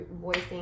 voicing